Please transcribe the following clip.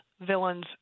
villains